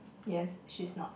yes she's not